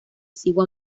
sigo